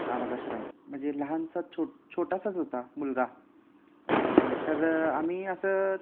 अनाथाश्रम म्हणजे लहानसाच छो छोटासाच होता मुलगा तर आम्ही असं